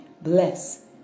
Bless